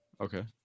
Okay